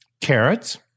carrots